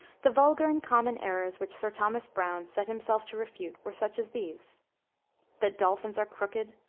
the vulgar and common errors which sir thomas browne set himself to refute, were such as these that dolphins are crooked,